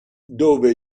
dove